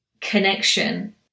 Connection